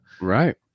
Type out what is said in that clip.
right